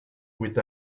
with